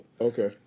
Okay